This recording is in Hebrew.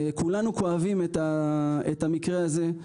כולנו כואבים את המקרה הזה.